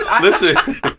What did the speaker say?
Listen